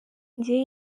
njye